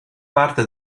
parte